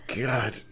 God